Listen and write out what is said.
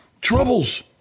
troubles